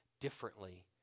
differently